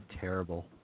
terrible